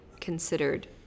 considered